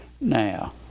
Now